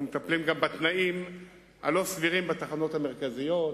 אנחנו מטפלים גם בתנאים הלא-סבירים בתחנות המרכזיות,